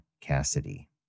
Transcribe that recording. Cassidy